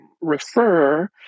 refer